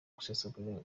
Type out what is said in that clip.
gusesagura